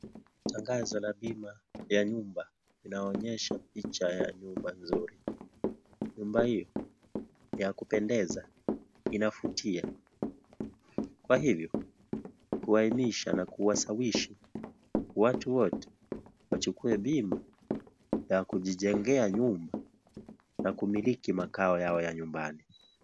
Tangazo la bima ya nyumba inaonyesha picha ya nyumba nzuri. Nyumba hii, ya kupendeza inavutia. Kwa hivyo kuwahimisha na kusawishi watu wote wachukue bima ya kujijengea nyumba na kumiliki makao yao ya nyumbani.